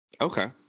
Okay